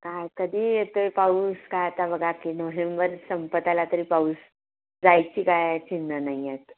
काय कधी येतो आहे पाऊस काय आता बघा की नोव्हेंबर संपत आला तरी पाऊस जायची काय चिन्ह नाही आहेत